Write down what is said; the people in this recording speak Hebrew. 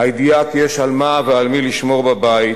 הידיעה שיש על מה ועל מי לשמור בבית,